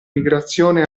migrazione